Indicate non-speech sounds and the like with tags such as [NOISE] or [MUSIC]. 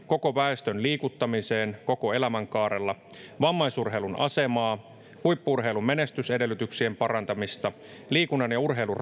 koko väestön liikuttamiseen koko elämänkaarella vammaisurheilun asemaan huippu urheilun menestysedellytyksien parantamiseen liikunnan ja urheilun [UNINTELLIGIBLE]